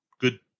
good